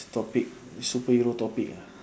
topic superhero topic ah